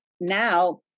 now